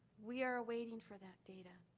we are waiting for that data.